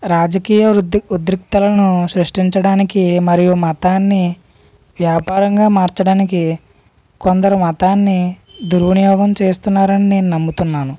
రాజకీయ ఉద్ ఉద్రిక్తతలను సృష్టించడానికి మరియు మతాన్ని వ్యాపారంగా మార్చడానికి కొందరు మతాన్ని దుర్వినియోగం చేస్తున్నారని నేను నమ్ముతున్నాను